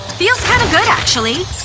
feels kinda good, actually.